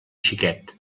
xiquet